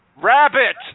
rabbit